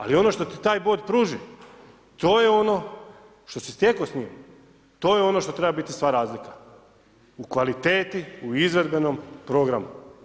Ali, ono što ti taj bod pruži, to je ono što si stekao s njim, to je ono što treba biti sva razlika, u kvaliteti, u izvedbenom programu.